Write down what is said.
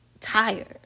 tired